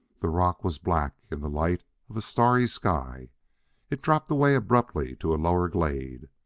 the rock was black in the light of a starry sky it dropped away abruptly to a lower glade.